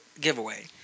giveaway